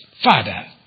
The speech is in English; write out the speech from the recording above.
father